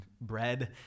bread